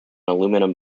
aluminum